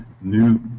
new